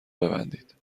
ببندید